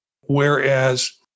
Whereas